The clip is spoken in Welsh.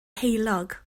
heulog